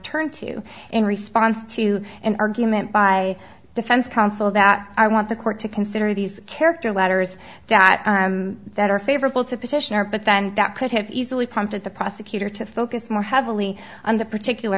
turned to in response to an argument by defense counsel that i want the court to consider these character letters that are that are favorable to petitioner but then that could have easily prompted the prosecutor to focus more heavily on the particular